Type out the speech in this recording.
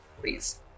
Please